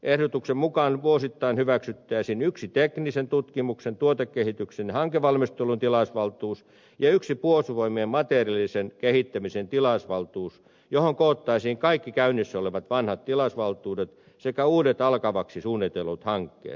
ehdotuksen mukaan vuosittain hyväksyttäisiin yksi teknisen tutkimuksen tuotekehityksen ja hankevalmistelun tilausvaltuus ja yksi puolustusvoimien materiaalisen kehittämisen tilausvaltuus johon koottaisiin kaikki käynnissä olevat vanhat tilausvaltuudet sekä uudet alkavaksi suunnitellut hankkeet